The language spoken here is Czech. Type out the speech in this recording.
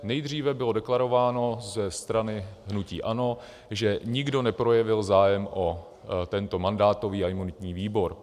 Nejdříve bylo deklarováno ze strany hnutí ANO, že nikdo neprojevil zájem o tento mandátový a imunitní výbor.